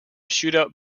shootout